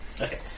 Okay